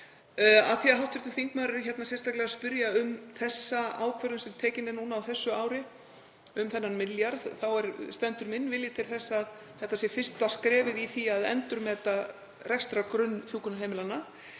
Af því að hv. þingmaður er sérstaklega að spyrja um þá ákvörðun sem tekin er núna á þessu ári, um þennan milljarð, þá stendur minn vilji til þess að þetta sé fyrsta skrefið í því að endurmeta rekstrargrunn hjúkrunarheimilanna.